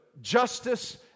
justice